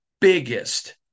biggest